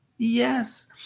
Yes